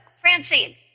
Francine